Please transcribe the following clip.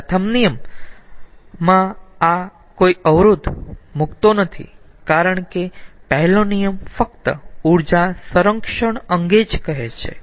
પ્રથમ નિયમ આ માં કોઈ અવરોધ મુકતો નથી કારણ કે પહેલો નિયમ ફક્ત ઊર્જા સંરક્ષણ અંગે જ કહે છે